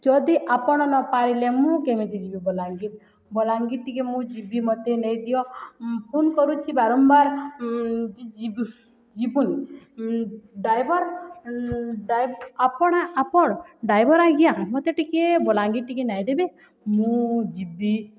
ଯଦି ଆପଣ ନପାରିଲେ ମୁଁ କେମିତି ଯିବି ବଲାଙ୍ଗୀର ବଲାଙ୍ଗୀର ଟିକେ ମୁଁ ଯିବି ମୋତେ ନେଇଦିଅ ଫୋନ୍ କରୁଛି ବାରମ୍ବାର ଯିବୁନ ଡ୍ରାଇଭର ଆପଣ ଆପଣ ଡ୍ରାଇଭର ଆଜ୍ଞା ମୋତେ ଟିକେ ବଲାଙ୍ଗୀର ଟିକେ ନାଇଁଦେବେ ମୁଁ ଯିବି